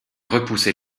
repousser